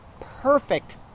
perfect